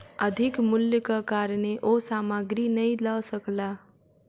अधिक मूल्यक कारणेँ ओ सामग्री नै लअ सकला